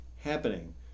happening